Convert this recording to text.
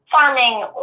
farming